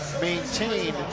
maintain